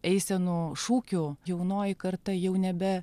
eisenų šūkių jaunoji karta jau nebe